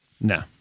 No